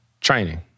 training